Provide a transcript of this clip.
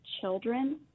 children